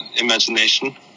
imagination